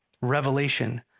revelation